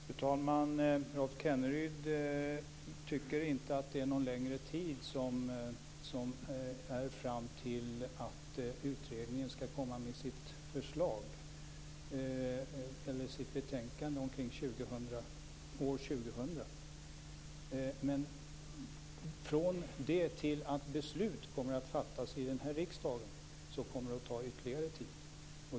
Fru talman! Rolf Kenneryd tycker inte att det är lång tid fram till dess att utredningen skall komma med sitt betänkande år 2000. Men från det till dess att beslut skall fattas i riksdagen kommer det att ta ytterligare tid.